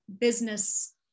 business